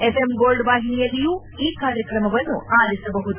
FM gold ವಾಹಿನಿಯಲ್ಲಿ ಈ ಕಾರ್ಯಕ್ರಮವನ್ನು ಆಲಿಸಬಹುದು